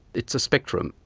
it's a spectrum.